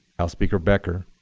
house speaker becker,